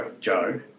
Joe